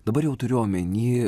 dabar jau turiu omeny